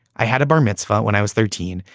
i had a bar mitzvah when i was thirteen,